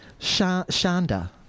Shanda